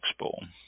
Expo